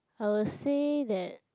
I would say that